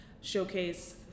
showcase